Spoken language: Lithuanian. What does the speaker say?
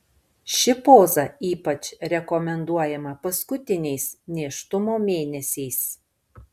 ši poza ypač rekomenduojama paskutiniais nėštumo mėnesiais